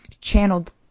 channeled